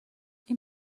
این